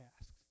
asks